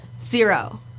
Zero